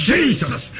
Jesus